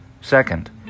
Second